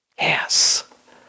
Yes